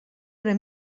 una